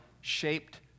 shaped